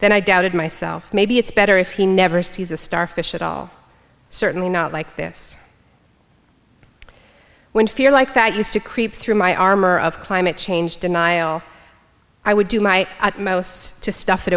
then i doubted myself maybe it's better if he never sees a starfish at all certainly not like this when fear like that used to creep through my armor of climate change denial i would do my utmost to stuff